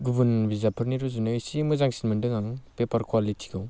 गुबुन बिजाबफोरनि रुजुनायाव इसे मोजांसिन मोनदों आं पेपार कुवालिटिखौ